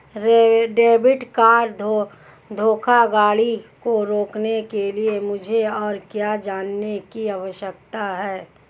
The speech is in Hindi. डेबिट कार्ड धोखाधड़ी को रोकने के लिए मुझे और क्या जानने की आवश्यकता है?